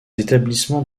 établissements